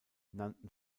nannten